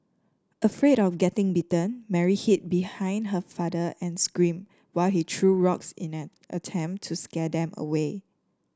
afraid of getting bitten Mary hid behind her father and screamed while he threw rocks in an attempt to scare them away